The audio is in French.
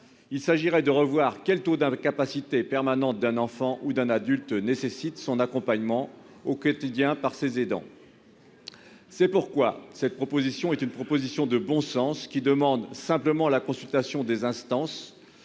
Il s'agirait de revoir quel taux d'incapacité permanente d'un enfant ou d'un adulte nécessite son accompagnement au quotidien par ces aidants. Cette proposition est de bon sens. Nous demandons simplement la consultation des instances